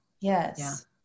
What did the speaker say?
yes